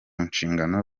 nshingano